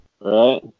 Right